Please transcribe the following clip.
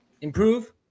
improve